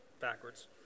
backwards